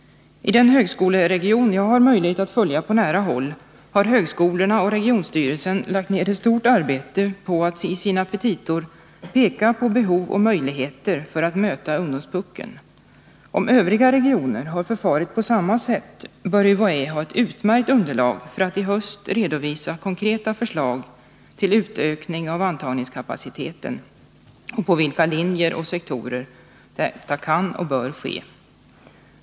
I den högskoleregion jag har möjlighet att följa på nära håll har högskolorna och regionstyrelsen lagt ner ett stort arbete på att i sina petita peka på behov och möjligheter att möta ungdomspuckeln. Om övriga regioner har förfarit på samma sätt, bör UHÄ ha ett utmärkt underlag för att i höst redovisa konkreta förslag till en utökning av antagningskapaciteten och på vilka linjer och sektorer detta kan och bör ske.